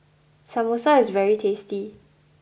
Samosa is very tasty